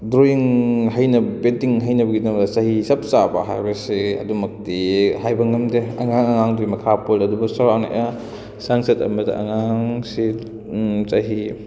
drawing ꯍꯩꯅꯕ painting ꯍꯩꯅꯕꯒꯤꯗꯃꯛ ꯆꯍꯤ ꯆꯞ ꯆꯥꯕ ꯍꯥꯏꯕꯁꯦ ꯑꯗꯨꯃꯛꯇꯤ ꯍꯥꯏꯕ ꯉꯝꯗꯦ ꯑꯉꯥꯡ ꯑꯉꯥꯡꯗꯨꯒꯤ ꯃꯈꯥ ꯄꯣꯜꯂꯦ ꯑꯗꯨꯕꯨ ꯆꯧꯔꯥꯛꯅ ꯑꯩꯅ ꯆꯥꯡꯆꯠ ꯑꯃꯗ ꯑꯉꯥꯡꯁꯤ ꯆꯍꯤ